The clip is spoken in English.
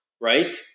Right